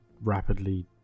rapidly